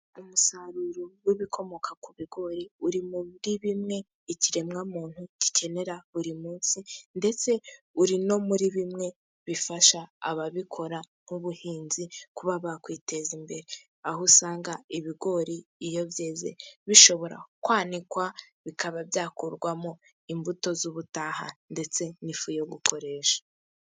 Umusaruro w'ibikomoka ku bigori uri muri bimwe ikiremwamuntu gikenera buri munsi. Ndetse uri no muri bimwe bifasha ababikora nk'ubuhinzi kuba bakwiteza imbere, aho usanga ibigori iyo byeze bishobora kwanikwa, bikaba byakorwamo imbuto z'ubutaha ndetse n'ifu yo gukoresha.